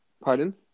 Pardon